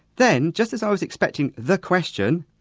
then just as i was expecting the question,